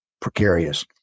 precarious